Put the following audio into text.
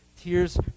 tears